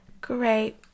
great